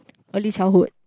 early childhood